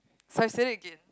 so I said it again